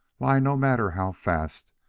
lie no matter how fast,